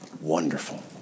wonderful